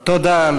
תודה.